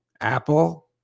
Apple